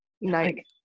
night